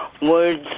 Words